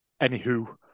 Anywho